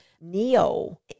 Neo